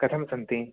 कथं सन्ति